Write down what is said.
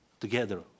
together